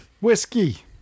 Whiskey